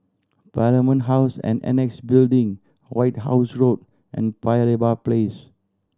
Parliament House and Annexe Building White House Road and Paya Lebar Place